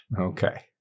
Okay